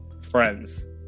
friends